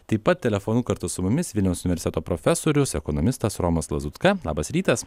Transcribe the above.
taip pat telefonu kartu su mumis vilniaus universiteto profesorius ekonomistas romas lazutka labas rytas